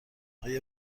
آیا